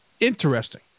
interesting